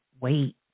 wait